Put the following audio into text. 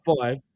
five